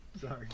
Sorry